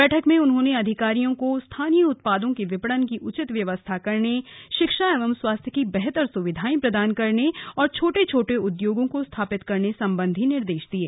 बैठक में उन्होंने अधिकारियों को स्थानीय स्तर पर उत्पादित होने वाले उत्पादों के विपणन की उचित व्यवस्था करने शिक्षा एवं स्वास्थ्य की बेहतर सुविधाएं प्रदान करने और छोटे छोटे उद्योगों को स्थापित करने संबंधी निर्देश दिये